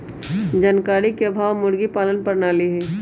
जानकारी के अभाव मुर्गी पालन प्रणाली हई